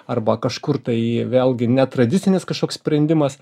arba kažkur tai vėlgi netradicinis kažkoks sprendimas